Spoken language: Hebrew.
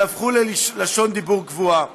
כאלה שהפכו ללשון דיבור קבועה: